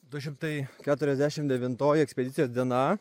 du šimtai keturiasdešim devintoji ekspedicijos diena